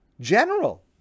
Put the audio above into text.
general